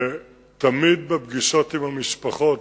ותמיד בפגישות עם המשפחות,